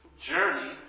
journey